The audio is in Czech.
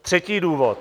Třetí důvod.